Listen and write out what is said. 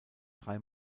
drei